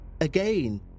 Again